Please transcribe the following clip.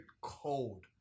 cold